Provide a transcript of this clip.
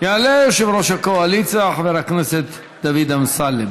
יעלה יושב-ראש הקואליציה חבר הכנסת דוד אמסלם.